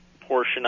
portion